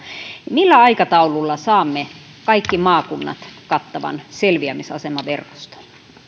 millä aikataululla saamme kaikkiin maakuntiin kattavan selviämisasemaverkoston